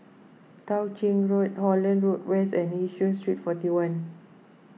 Tao Ching Road Holland Road West and Yishun Street forty one